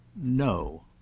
no.